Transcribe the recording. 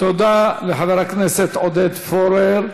תודה לחבר הכנסת עודד פורר.